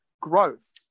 growth